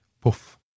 Puff